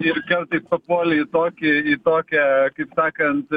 ir kartais papuoli į tokį į tokią kaip sakant